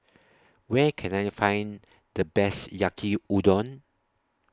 Where Can I Find The Best Yaki Udon